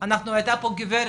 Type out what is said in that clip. הייתה פה גב',